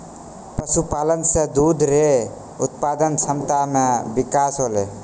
पशुपालन से दुध रो उत्पादन क्षमता मे बिकास होलै